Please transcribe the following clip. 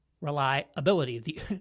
reliability